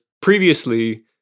previously